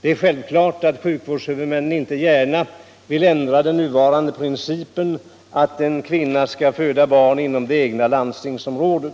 Det är självklart att sjuk vårdshuvudmännen inte gärna vill ändra den nuvarande principen om att en kvinna skall föda barn inom sitt eget landstingsområde.